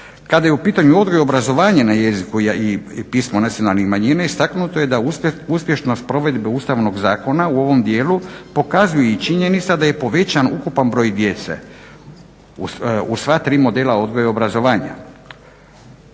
Kada je u pitanju odgoj i obrazovanje na jeziku i pismu nacionalne manjine istaknuto je da uspješnost provedbe Ustavnog zakona u ovom dijelu pokazuje činjenica da je povećan ukupan broj djece u sva tri modela odgoja i obrazovanja,